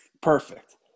Perfect